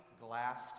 glass